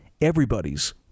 everybody's